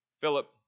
Philip